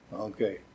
Okay